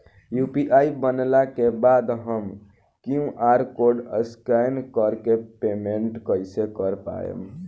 UPI बनला के बाद हम क्यू.आर कोड स्कैन कर के पेमेंट कइसे कर पाएम?